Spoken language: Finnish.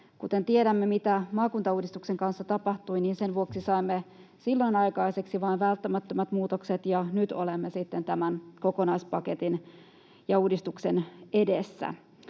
kuten tiedämme, mitä maakuntauudistuksen kanssa tapahtui, sen vuoksi saimme silloin aikaiseksi vain välttämättömät muutokset, ja nyt olemme sitten tämän kokonaispaketin ja -uudistuksen edessä.